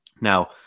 Now